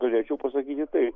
galėčiau pasakyti taip